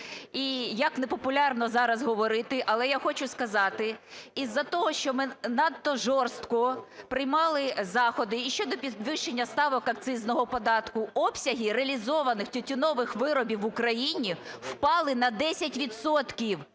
І, як непопулярно зараз говорити, але я хочу сказати, із-за того, що ми надто жорстко приймали заходи і щодо підвищення ставок акцизного податку, обсяги реалізованих тютюнових виробів в Україні впали на 10